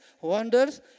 wonders